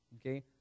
Okay